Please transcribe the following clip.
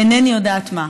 אינני יודעת מה.